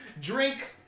Drink